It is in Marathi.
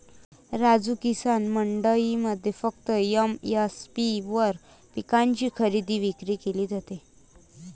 राजू, किसान मंडईमध्ये फक्त एम.एस.पी वर पिकांची खरेदी विक्री केली जाते